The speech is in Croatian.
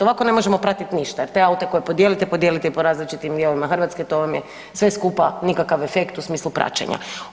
Ovako ne možemo pratiti ništa jer te aute koje podijelite, podijelite ih po različitim dijelovima Hrvatske, to vam sve skupa nikakav efekt u smislu praćenja.